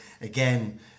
Again